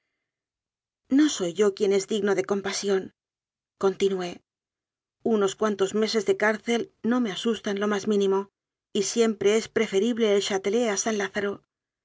no soy yo quien es digno de compasióncon tinué unos cuantos meses de cárcel no me asus tan lo más mínimo y siempre es preferible el ohátelet a san lázaro